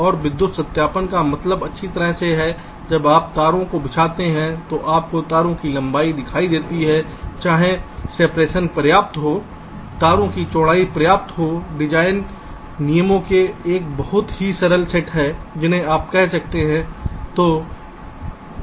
और विद्युत सत्यापन का मतलब अच्छी तरह से है जब आप तारों को बिछाते हैं तो आपको तारों की लंबाई दिखाई देती है चाहे सिपरेशन पर्याप्त हो तारों की चौड़ाई पर्याप्त हो डिजाइन नियमों के कुछ बहुत ही सरल सेट हैं जिन्हें आप कह सकते हैं